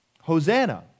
Hosanna